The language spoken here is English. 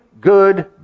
good